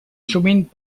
sovint